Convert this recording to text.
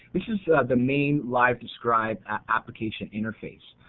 this is the main livedescribe application interface.